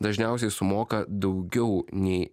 dažniausiai sumoka daugiau nei